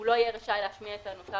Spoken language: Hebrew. הוא לא יהיה רשאי להשמיע את טענותיו.